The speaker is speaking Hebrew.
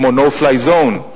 כמו No-fly zone,